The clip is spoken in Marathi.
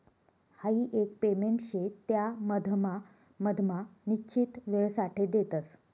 हाई एक पेमेंट शे त्या मधमा मधमा निश्चित वेळसाठे देतस